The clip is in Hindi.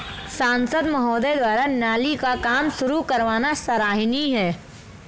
सांसद महोदय द्वारा नाली का काम शुरू करवाना सराहनीय है